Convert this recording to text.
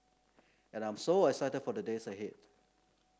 and I'm so excited for the days ahead